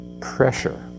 pressure